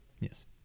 Yes